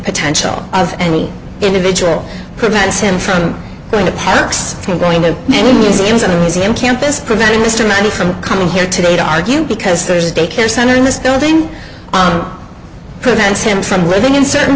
potential of any individual prevents him from going to paddocks to going to many museums and who is in campus preventing mr money from coming here today to argue because there's a daycare center in this building on prevents him from living in certain